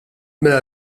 mela